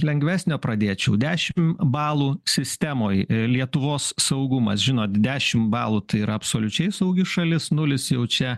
lengvesnio pradėčiau dešimt balų sistemoj lietuvos saugumas žinot dešimt balų tai yra absoliučiai saugi šalis nulis jau jaučia